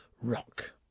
Rock